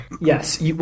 Yes